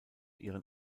ihren